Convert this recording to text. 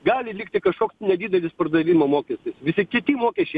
gali likti kažkoks nedidelis pardavimo mokestis visi kiti mokesčiai